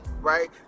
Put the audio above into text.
right